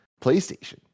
PlayStation